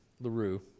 LaRue